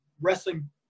wrestling